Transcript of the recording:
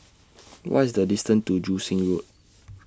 What IS The distance to Joo Seng Road